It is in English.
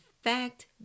fact